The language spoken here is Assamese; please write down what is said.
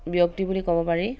ব্যক্তি বুলি ক'ব পাৰি